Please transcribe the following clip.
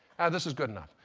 this is good enough.